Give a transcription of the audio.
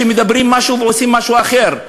שמדברים משהו ועושים משהו אחר?